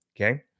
Okay